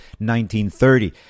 1930